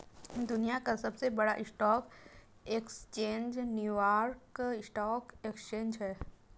दुनिया का सबसे बड़ा stock exchange New York stock exchange है